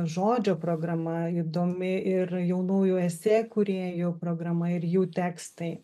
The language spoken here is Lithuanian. žodžio programa įdomi ir jaunųjų esė kūrėjų programa ir jų tekstai